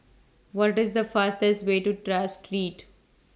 What IS The fastest Way to Tras Street